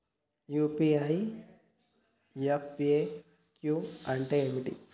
UPI FAQ అంటే ఏమిటి?